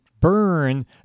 burn